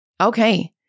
Okay